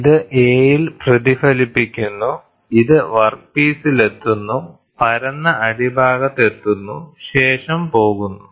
ഇത് a ൽ പ്രതിഫലിപ്പിക്കുന്നു ഇത് വർക്ക്പീസിലെത്തുന്നു പരന്ന അടിഭാഗത്ത് എത്തുന്നു ശേഷം പോകുന്നു